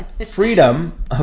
freedom